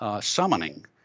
summoning